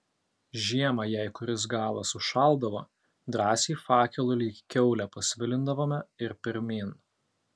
žiemą jei kuris galas užšaldavo drąsiai fakelu lyg kiaulę pasvilindavome ir pirmyn